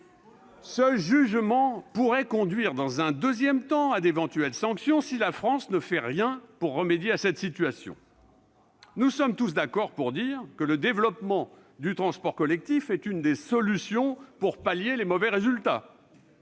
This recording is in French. Ce jugement pourrait conduire, dans un deuxième temps, à des sanctions si la France ne faisait rien pour remédier à cette situation. Nous sommes tous d'accord pour dire que le développement du transport collectif est une des solutions pour remédier à ces mauvais résultats.